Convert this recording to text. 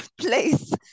place